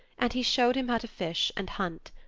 and he showed him how to fish and hunt.